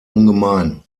ungemein